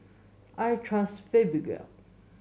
I trust Fibogel